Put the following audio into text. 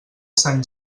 sant